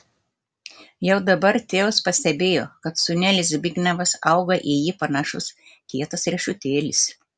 jau dabar tėvas pastebėjo kad sūnelis zbignevas auga į jį panašus kietas riešutėlis